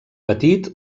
petit